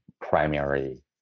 primary